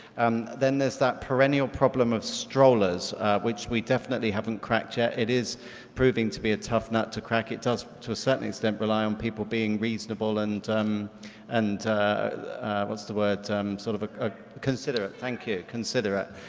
um then there's that perennial problem of strollers which we definitely haven't cracked yet. it is proving to be a tough nut to crack. it does to a certain extent rely on people being reasonable and and what's the word um sort of a considerate, thank you, considerate.